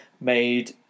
made